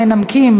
המנמקים,